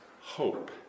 hope